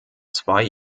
zwei